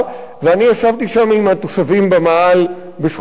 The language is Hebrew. ואני ישבתי שם עם התושבים במאהל בשכונת-התקווה.